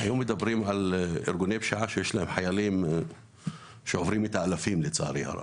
היום אנחנו מדברים על חיילים שעוברים את האלפים לצערי.